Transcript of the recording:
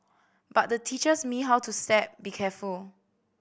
but the teaches me how to step be careful